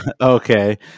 okay